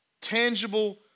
tangible